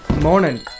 Morning